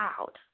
out